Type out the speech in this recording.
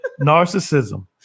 narcissism